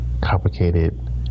complicated